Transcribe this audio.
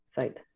site